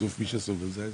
בסוף מי שסובל זה האזרח,